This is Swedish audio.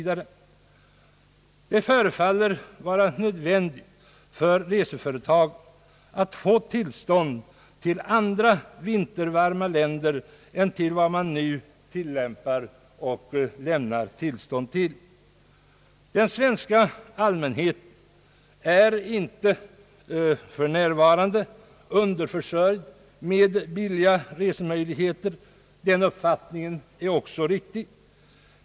Det förefaller vara nödvändigt för reseföretagen att få tillstånd för resor till andra vintervarma länder än dem man nu lämnar tillstånd till. Den svenska allmänheten är inte för närvarande underförsörjd med billiga resemöjligheter, den uppfattningen är också riktig.